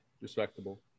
Respectable